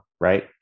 right